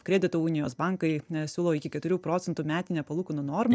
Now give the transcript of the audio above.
kredito unijos bankai nesiūlo iki keturių procentų metinę palūkanų normą